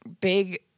big